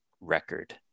record